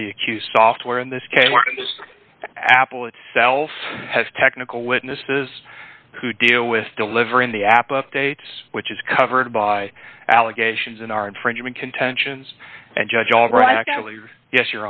queue software in this case apple itself has technical witnesses who deal with delivering the app updates which is covered by allegations in our infringement contentions and judge all